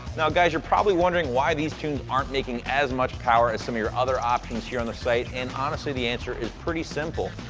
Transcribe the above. now, guys, you're probably wondering why these tunes aren't making as much power as some of your other options here on the site, and honestly, the answer is pretty simple.